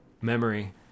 memory